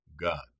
God